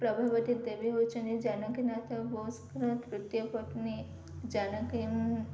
ପ୍ରଭାବତୀ ଦେବୀ ହେଉଛନ୍ତି ଜାନକିନାଥ ବୋଷଙ୍କର ତୃତୀୟ ପତ୍ନୀ ଜାନକି ମୁଁ